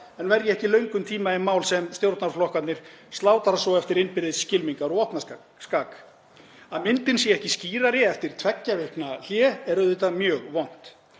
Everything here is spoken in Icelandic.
en verja ekki löngum tíma í mál sem stjórnarflokkarnir slátra svo eftir innbyrðis skylmingar og vopnaskak, að myndin sé ekki skýrari eftir tveggja vikna hlé er auðvitað mjög vont.